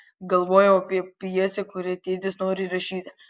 galvojau apie pjesę kurią tėtis nori rašyti